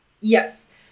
Yes